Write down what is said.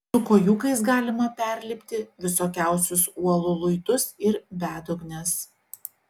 su kojūkais galima perlipti visokiausius uolų luitus ir bedugnes